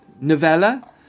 Novella